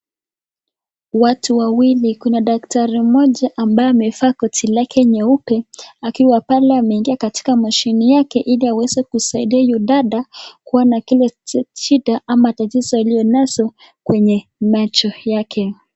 Watu wawili, kuna daktari mmoja ambaye amevaa koti lake nyeupe akiwa pale ameingia katika mashine yake ili aweze kusaidia huyu dada kuwa na kile shida ama tatizo aliyo nazo kwenye macho yake.